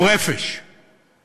הוא רפש";